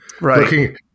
Right